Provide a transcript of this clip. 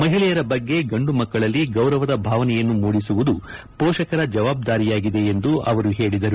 ಮಹಿಳೆಯರ ಬಗ್ಗೆ ಗಂಡು ಮಕ್ಕಳಲ್ಲಿ ಗೌರವದ ಭಾವನೆಯನ್ನು ಮೂಡಿಸುವುದು ಪೋಷಕರ ಜವಾಬ್ದಾರಿಯಾಗಿದೆ ಎಂದು ಅವರು ಹೇಳಿದರು